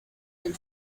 del